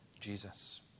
Jesus